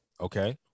Okay